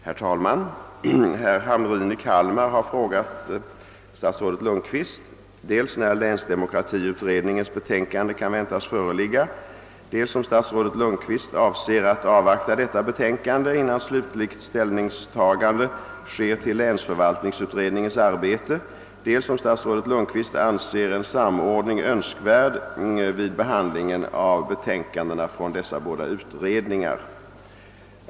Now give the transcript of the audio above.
Herr talman! Herr Hamrin i Kalmar har frågat statsrådet och chefen för kommunikationsdepartementet dels när länsdemokratiutredningens betänkande kan väntas föreligga, dels om han avser att avvakta detta betänkande innan slutligt ställningstagande' sker till länsförvaltningsutredningens arbete, dels om han anser en samordning önskvärd vid behandlingen av betänkandena från dessa båda utredningar.